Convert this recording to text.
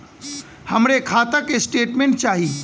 हमरे खाता के स्टेटमेंट चाही?